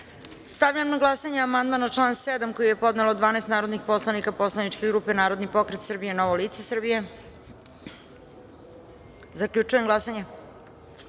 Zakona. Stavljam na glasanje amandman na član 7. koji je podnelo 12 narodnih poslanika poslaničke grupe Narodni pokret Srbije – Novo lice Srbije. Zaključujem glasanje: